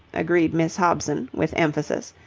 agreed miss hobson, with emphasis.